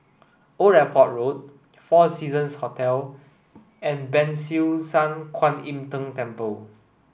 Old Airport Road Four Seasons Hotel and Ban Siew San Kuan Im Tng Temple